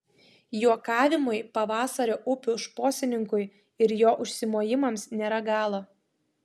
juokavimui pavasario upių šposininkui ir jo užsimojimams nėra galo